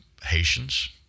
Haitians